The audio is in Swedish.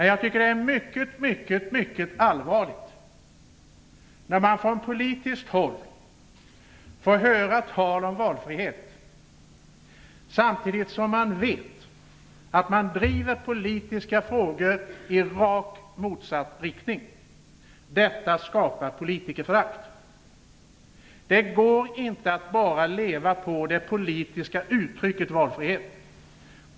Jag tycker att det är mycket mycket allvarligt att människor från politiskt håll får höra tal om valfrihet samtidigt som de vet att politiska frågor drivs i rakt motsatt riktning. Detta skapar politikerförakt. Det går inte att bara leva på det politiska uttrycket "valfrihet".